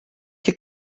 che